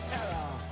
error